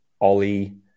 Ollie